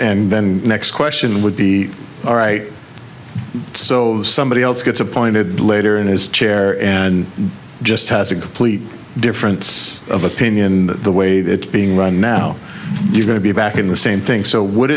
and then next question would be all right so somebody else gets appointed later in his chair and just has a complete difference of opinion in the way that being run now you're going to be back in the same thing so would